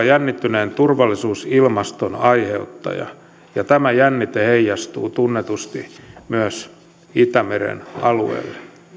jännittyneen turvallisuusilmaston aiheuttaja ja tämä jännite heijastuu tunnetusti myös itämeren alueelle